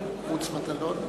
מוץ מטלון.